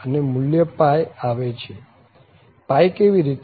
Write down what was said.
અને મુલ્ય આવે છે કેવી રીતે